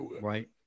Right